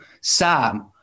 Sam